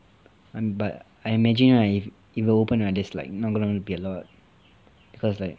mm but I imagine right if it open right there's like not going to be a lot cause like